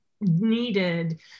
needed